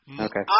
Okay